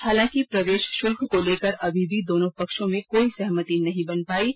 हालांकि प्रवेश शुल्क को लेकर अभी भी दोनो पक्षों में कोई सहमति नहीं बन पाई है